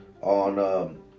On